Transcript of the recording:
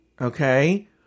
okay